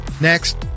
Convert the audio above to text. Next